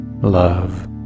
love